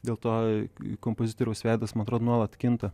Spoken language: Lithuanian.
dėl to kompozitoriaus veidas man atrodo nuolat kinta